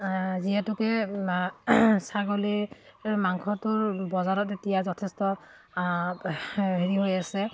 যিহেতুকে ছাগলীৰ মাংসটোৰ বজাৰত তেতিয়া যথেষ্ট হেৰি হৈ আছে